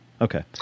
okay